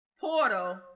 portal